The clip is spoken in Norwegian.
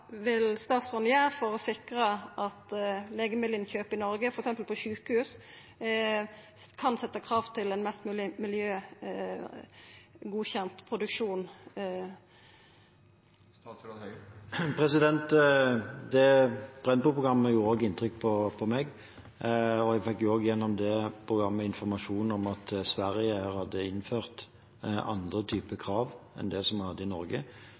vil gjera for å sikra at legemiddelinnkjøp i Noreg, f.eks. på sjukehus, kan setja krav til ein mest mogleg miljøgodkjend produksjon. Det Brennpunkt-programmet gjorde også inntrykk på meg, og jeg fikk gjennom det programmet informasjon om at Sverige hadde innført andre typer krav enn det som vi hadde i Norge.